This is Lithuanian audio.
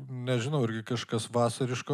nežinau irgi kažkas vasariško